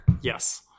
yes